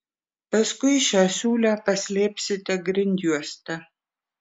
paskui šią siūlę paslėpsite grindjuoste